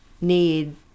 need